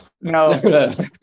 No